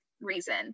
reason